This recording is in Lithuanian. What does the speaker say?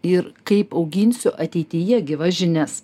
ir kaip auginsiu ateityje gyvas žinias